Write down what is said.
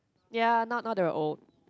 ya now now they are old